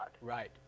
right